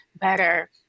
better